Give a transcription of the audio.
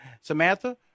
Samantha